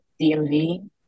DMV